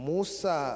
Musa